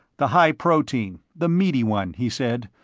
the high protein, the meaty one, he said.